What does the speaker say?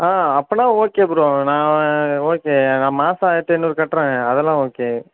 ஆ அப்போன்னா okay bro நான் okay நான் மாதம் ஆயிரத்தி ஐந்நூறு கட்டறேன் அதெல்லாம் ஓகே